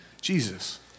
Jesus